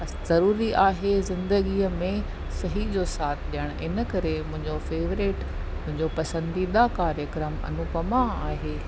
ज़रुरी आहे ज़िंदगीअ में सही जो साथ ॾियणु इन करे मुंहिंजो फेवरेट मुंहिंजो पसंदीदा कार्यक्रम अनुपमा आहे